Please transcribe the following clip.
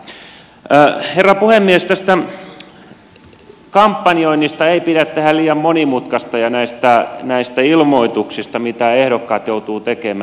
tästä kampanjoinnista ei pidä tehdä liian monimutkaista ja näistä ilmoituksista joita ehdokkaat joutuvat tekemään